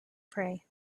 pray